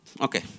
Okay